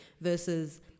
versus